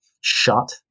shut